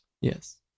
Yes